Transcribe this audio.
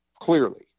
clearly